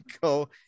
go